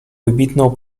wybitną